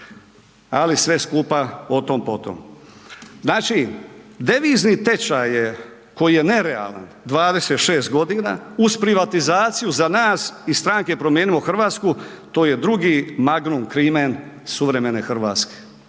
Ali sve skupa o tom potom. Znači, devizni tečaj je koji je nerealan 26 godina uz privatizaciju za nas iz Stranke Promijenimo Hrvatsku to je drugi magnum crimen suvremene Hrvatske,